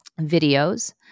videos